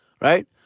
right